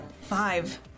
five